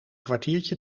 kwartiertje